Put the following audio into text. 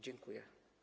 Dziękuję.